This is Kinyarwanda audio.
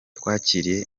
twakiriye